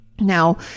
Now